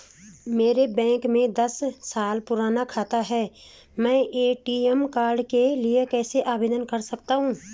मेरा बैंक में दस साल पुराना खाता है मैं ए.टी.एम कार्ड के लिए कैसे आवेदन कर सकता हूँ?